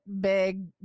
big